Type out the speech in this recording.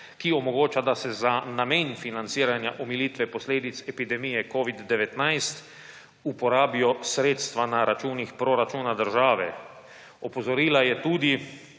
ki omogoča, da se za namen financiranja omilitve posledic epidemije covida-19 uporabijo sredstva na računih proračuna države. Opozorila je tudi,